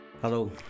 Hello